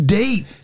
date